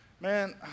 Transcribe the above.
Man